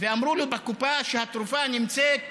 ואמרו לו בקופה שהתרופה נמצאת